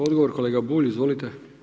Odgovor kolega Bulj, izvolite.